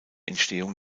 entstehung